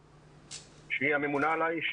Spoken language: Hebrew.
שהיא הממונה עליי.